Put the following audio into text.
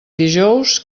dijous